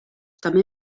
també